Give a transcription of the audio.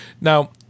Now